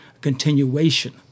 continuation